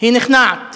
היא נכנעת